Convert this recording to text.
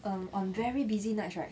um on very busy nights right